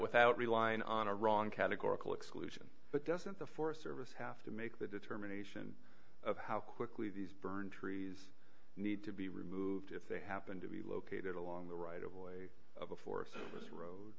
without relying on a wrong categorical exclusion but doesn't the forest service have to make the determination of how quickly these burned trees need to be removed if they happen to be located along the right of way of a forest this road